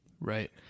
Right